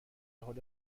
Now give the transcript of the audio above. حال